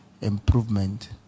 improvement